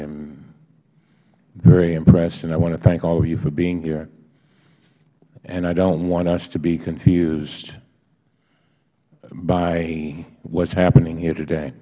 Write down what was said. am very impressed and i want to thank all of you for being here and i don't want us to be confused by what is happening here today